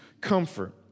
comfort